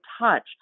touch